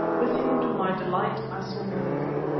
with him, to my delight, i saw mavovo,